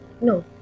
No